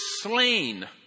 slain